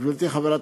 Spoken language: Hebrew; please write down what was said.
גברתי חברת